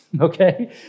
okay